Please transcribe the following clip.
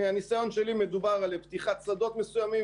מהניסיון שלי מדובר על פתיחת שדות מסוימים,